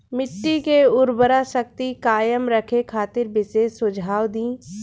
मिट्टी के उर्वरा शक्ति कायम रखे खातिर विशेष सुझाव दी?